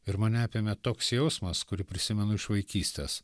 ir mane apėmė toks jausmas kurį prisimenu iš vaikystės